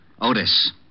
Otis